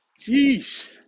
Jeez